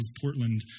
Portland